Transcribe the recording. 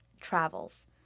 travels